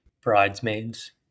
bridesmaids